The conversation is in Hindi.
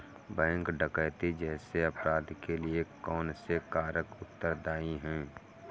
बैंक डकैती जैसे अपराध के लिए कौन से कारक उत्तरदाई हैं?